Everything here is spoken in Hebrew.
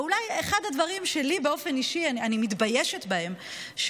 ואולי אחד הדברים שאני באופן אישי מתביישת בהם,